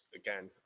again